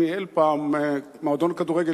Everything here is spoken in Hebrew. שניהל פעם מועדון כדורגל,